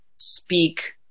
speak